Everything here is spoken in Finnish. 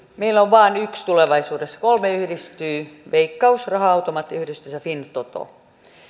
meillä on vain yksi rahapeliyhtiö tulevaisuudessa kolme yhdistyy veikkaus raha automaattiyhdistys ja fintoto